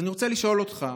אז אני רוצה לשאול אותך: